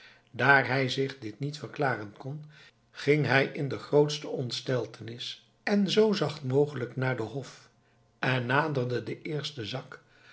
daar hij zich dit niet verklaren kon ging hij in de grootste ontsteltenis en zoo zacht mogelijk naar den hof en naderde den eersten zak